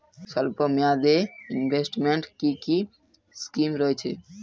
স্বল্পমেয়াদে এ ইনভেস্টমেন্ট কি কী স্কীম রয়েছে?